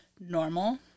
normal